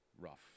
rough